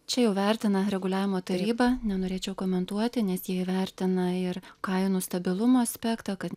čia jau vertina reguliavimo taryba nenorėčiau komentuoti nes ji įvertina ir kainų stabilumo aspektą kad